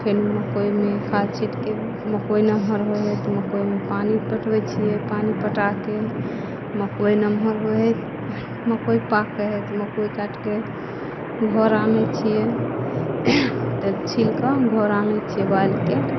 फेन मकइमे खाद छींटके मकइ नम्हर होइ है तऽ पानि पटबै छियै पानि पटाके मकइ नम्हर होइ है मकइ पाकै है तऽ मकइ काटिके घर आनय छियै तऽ छीलके घर आनय छियै बाइलके